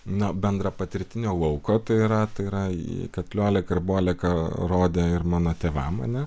nu bendrapatirtinio lauko tai yra tai yra kad lioleką ir boleką rodė ir mano tėvam ar ne